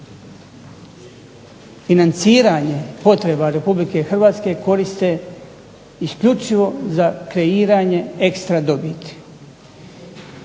financiranje potreba Republike Hrvatske koriste isključivo za kreiranje ekstra dobiti.